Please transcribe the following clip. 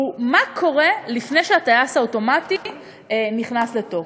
הוא: מה קורה לפני שהטייס האוטומטי נכנס לתוקף.